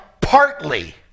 partly